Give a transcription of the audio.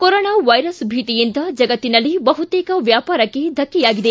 corona virus ಭೀತಿಯಿಂದ ಜಗತ್ತಿನಲ್ಲಿ ಬಹುತೇಕ ವ್ಯಾಪಾರಕ್ಕೆ ಧಕ್ಷೆಯಾಗಿದೆ